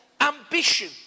ambition